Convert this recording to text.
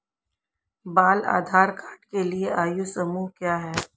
बाल आधार कार्ड के लिए आयु समूह क्या है?